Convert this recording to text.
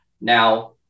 now